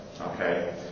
Okay